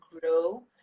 grow